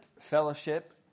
Fellowship